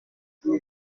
nous